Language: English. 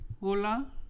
Hola